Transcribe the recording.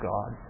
God